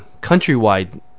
countrywide